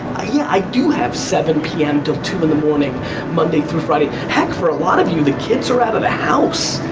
i do have seven pm to two in the morning monday through friday. heck, for a lot of you the kids are out of the house.